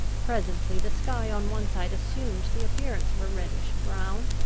presently the sky on one side assumed the appearance of a reddish brown,